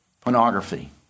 Pornography